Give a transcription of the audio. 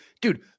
dude